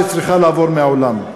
שצריכה לעבור מהעולם.